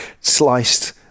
sliced